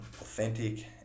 authentic